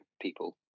people